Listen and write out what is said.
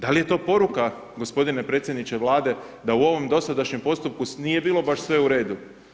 Da li je to poruka gospodine predsjedniče Vlade da u ovom dosadašnjem postupku nije bilo baš sve u redu?